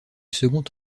second